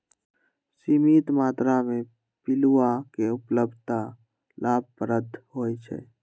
सीमित मत्रा में पिलुआ के उपलब्धता लाभप्रद होइ छइ